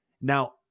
Now